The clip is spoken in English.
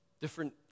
different